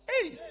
Hey